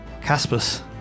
caspus